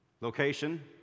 location